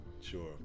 Sure